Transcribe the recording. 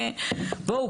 בואו,